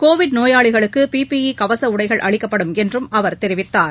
Covid நோயாளிகளுக்குபிபிஇ கவசஉடைகள் அளிக்கப்படும் என்றுஅவர் தெரிவித்தார்